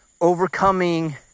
overcoming